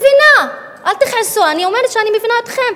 אני מבינה, אל תכעסו, אני אומרת שאני מבינה אתכם.